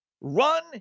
run